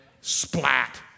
splat